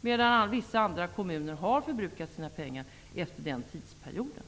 medan vissa andra kommuner har förbrukat sina pengar under den tidsperioden.